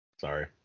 Sorry